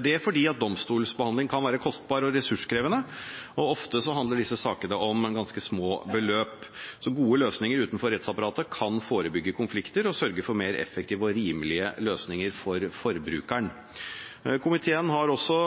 Det er fordi domstolsbehandling kan være kostbart og ressurskrevende, og ofte handler disse sakene om ganske små beløp. Gode løsninger utenfor rettsapparatet kan forebygge konflikter og sørge for mer effektive og rimelige løsninger for forbrukeren. Komiteen har også,